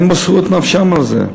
אל תשתמש, הם מסרו את נפשם על זה.